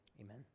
Amen